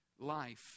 life